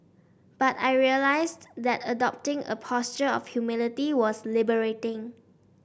but I realised that adopting a posture of humility was liberating